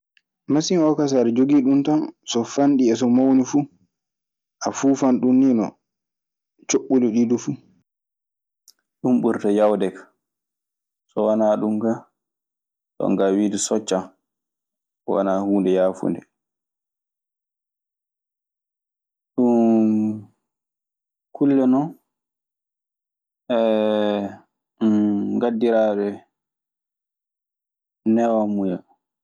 Masin oo kaa aɗa joggi ɗum tan, so fanɗi e so mawni fuu a fuufan ɗum nii non coɓɓuli ɗii duu fuu. Ɗun ɓurata yaawde kaa. So wanaa ɗun kaa, jonkaa wiide soccan wanaa huunde yaafunde. Ɗun kulle non ngaddiraaɗe newaamuya.